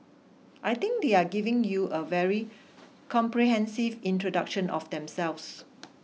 I think they are given you a very comprehensive introduction of themselves